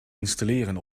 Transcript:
installeren